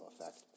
effect